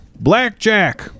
Blackjack